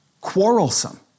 quarrelsome